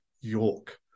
York